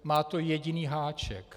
Má to jediný háček.